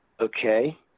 Okay